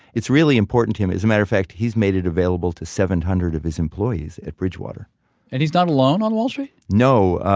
it's really important to him. as a matter of fact, he's made it available to seven hundred of his employees at bridgewater and he's not alone on wall street? no,